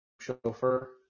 chauffeur